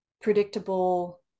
predictable